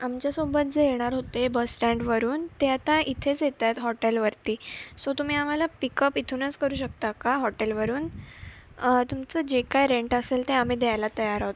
आमच्यासोबत जे येणार होते बसस्टँडवरून ते आता इथेच येत आहेत हॉटेलवरती सो तुम्ही आम्हाला पिकअप इथूनच करू शकता का हॉटेलवरून तुमचं जे काय रेंट असेल ते आम्ही द्यायला तयार आहोत